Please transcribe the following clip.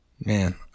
Man